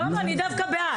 אני דווקא בעד.